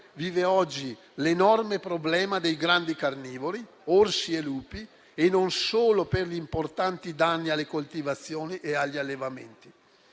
vive oggi l'enorme problema dei grandi carnivori, orsi e lupi, non solo per gli importanti danni alle coltivazioni e agli allevamenti.